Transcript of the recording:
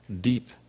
deep